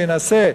וינסה,